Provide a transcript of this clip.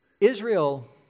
Israel